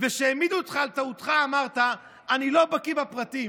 וכשהעמידו אותך על טעותך אמרת: אני לא בקיא בפרטים.